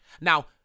Now